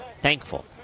thankful